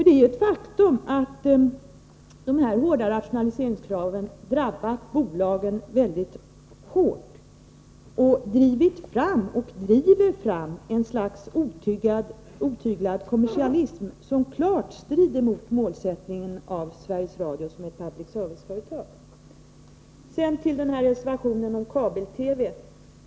Det är ju ett faktum att de hårda rationaliseringskraven har drabbat bolagen mycket hårt och drivit och driver fram ett slags otyglad kommersialism, som klart strider mot målsättningen att Sveriges Radio skall vara ett public service-företag.